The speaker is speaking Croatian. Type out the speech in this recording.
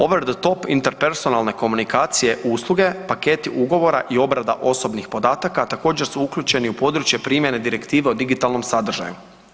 Obrada top interpersonalne komunikacije usluge paketi ugovora i obrada osobnih podataka također su uključeni u područje primjene direktive o digitalnom sadržaju.